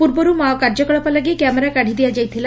ପୂର୍ବରୁ ମାଓ କାର୍ଯ୍ୟକଳାପ ଲାଗି କ୍ୟାମେରା କାଢ଼ି ଦିଆଯାଇଥିଲା